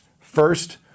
First